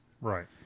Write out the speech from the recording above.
right